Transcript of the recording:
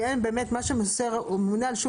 כי הממונה על שוק ההון,